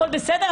הכול בסדר,